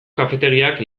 kafetegiak